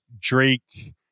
Drake